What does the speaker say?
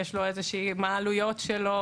מה העלויות שלו,